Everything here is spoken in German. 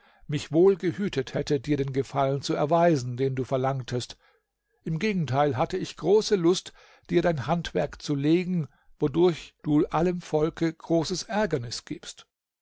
mich wohl gehütet hätte dir den gefallen zu erweisen den du verlangtest im gegenteil hatte ich große lust dir dein handwerk zu legen wodurch du allem volke großes ärgernis gibst